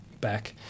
back